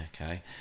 okay